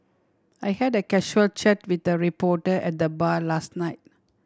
I had a casual chat with a reporter at the bar last night